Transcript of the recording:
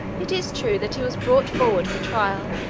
it is true that he was brought forward for trial,